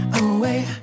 away